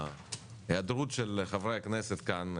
ההיעדרות של חברי הכנסת כאן,